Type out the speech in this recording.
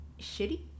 shitty